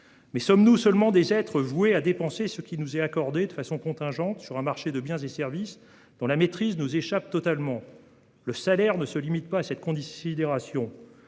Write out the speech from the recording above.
Mais sommes-nous seulement des êtres voués à dépenser ce qui nous est accordé de façon contingente sur un marché de biens et services dont la maîtrise nous échappe totalement ? Le salaire ne se limite pas à cette considération.